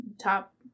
top